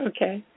Okay